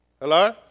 Hello